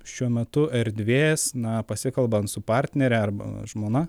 šiuo metu erdvės na pasikalbant su partnere arba žmona